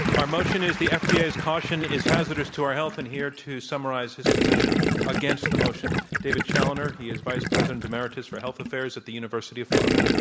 our motion is the fda's caution is hazardous to our health, and here to summarize his position against the motion, david challoner. he is vice president emeritus for health affairs at the university of florida.